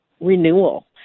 renewal